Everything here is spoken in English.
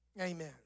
Amen